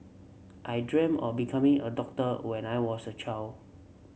I dreamt of becoming a doctor when I was a child